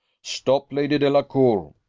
stop, lady delacour!